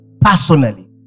personally